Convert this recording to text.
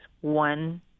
one